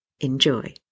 enjoy